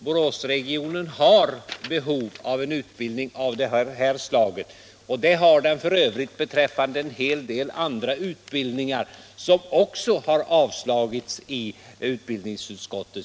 Boråsregionen har behov av en utbildning av det här slaget, och det har den f. ö. beträffande en hel del andra utbildningar som också har avstyrkts av utbildningsutskottet.